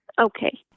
Okay